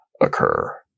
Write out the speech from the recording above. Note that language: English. occur